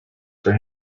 for